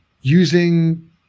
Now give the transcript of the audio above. using